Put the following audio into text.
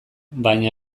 baina